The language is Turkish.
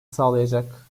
sağlayacak